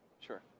Sure